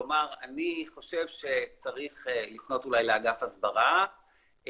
כלומר אני חושב שצריך אולי לפנות לאגף ההסברה,